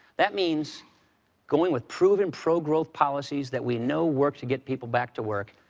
that means going with proven pro-growth policies that we know work to get people back to work,